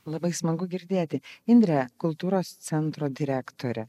labai smagu girdėti indre kultūros centro direktore